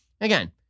again